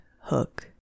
hook